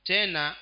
Tena